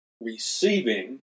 receiving